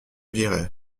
lirai